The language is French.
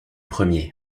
premiers